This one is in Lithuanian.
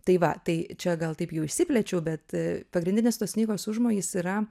tai va tai čia gal taip jau išsiplėčiau bet pagrindinis tos knygos užmojis yra